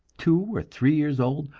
two or three years old,